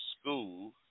school